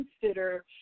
consider